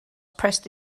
pressed